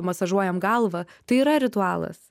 masažuojam galvą tai yra ritualas